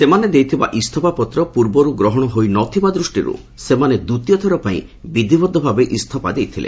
ସେମାନେ ଦେଇଥିବା ଇସ୍ତଫା ପତ୍ର ପୂର୍ବରୁ ଗ୍ରହଣ ହୋଇ ନ ଥିବା ଦୃଷ୍ଟିରୁ ସେମାନେ ଦ୍ୱିତୀୟ ଥରପାଇଁ ବିଧିବଦ୍ଧଭାବେ ଇସ୍ତଫା ଦେଇଥିଲେ